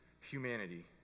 humanity